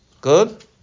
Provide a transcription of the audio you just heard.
Good